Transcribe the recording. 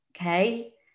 okay